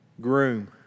groom